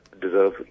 deserve